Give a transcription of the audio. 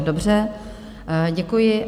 Dobře, děkuji.